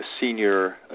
senior